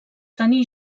tenir